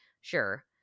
Sure